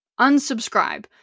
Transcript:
Unsubscribe